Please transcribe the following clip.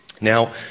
Now